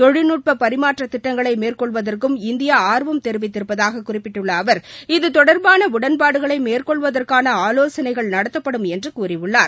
தொழில்நுட்ப பரிமாற்ற திட்டங்களை மேற்கொள்வதற்கும் இந்தியா ஆர்வம் தெரிவித்திருப்பதாக குறிப்பிட்டுள்ள அவர் இது தொடர்பான உடன்பாடுகளை மேற்கொள்வதற்கான ஆலோனைகள் நடத்தப்படும் என்று கூறியுள்ளார்